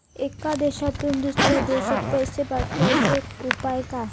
एका देशातून दुसऱ्या देशात पैसे पाठवचे उपाय काय?